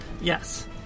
Yes